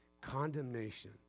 Condemnation